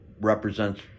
represents